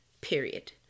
period